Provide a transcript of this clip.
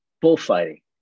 Bullfighting